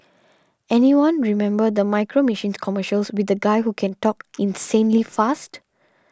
anyone remember the Micro Machines commercials with the guy who can talk insanely fast